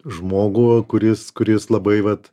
žmogų kuris kuris labai vat